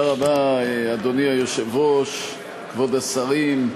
אדוני היושב-ראש, תודה רבה, כבוד השרים,